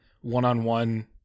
one-on-one